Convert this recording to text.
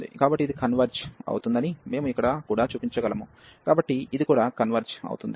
కాబట్టి ఇది కన్వర్జ్ అవుతుందని మేము ఇక్కడ కూడా చూపించగలము కాబట్టి ఇది కూడా కన్వర్జ్ అవుతుంది